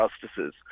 justices